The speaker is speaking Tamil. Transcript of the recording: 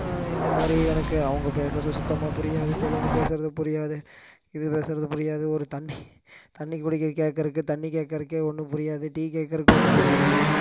இந்த மாதிரி எனக்கு அவங்க பேசுகிறது சுத்தமாக புரியாது தெலுங்கு பேசுகிறது புரியாது இது பேசுகிறது புரியாது ஒரு தண்ணி தண்ணி குடிக்க கேட்கறக்கு தண்ணி கேட்கறக்கே ஒன்றும் புரியாது டீ கேட்கறக்கும் ஒன்றும் புரியாது